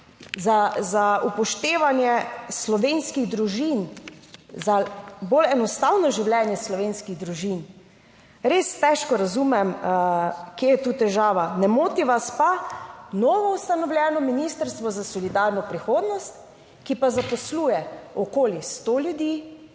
za upoštevanje slovenskih družin, za bolj enostavno življenje slovenskih družin. Res težko razumem, kje je tu težava. Ne moti vas pa novoustanovljeno Ministrstvo za solidarno prihodnost, ki pa zaposluje okoli sto ljudi.